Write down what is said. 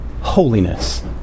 holiness